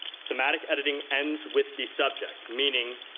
somatic editing ends with the subject meaning,